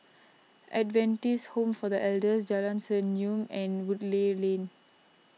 Adventist Home for the Elders Jalan Senyum and Woodleigh Lane